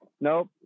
nope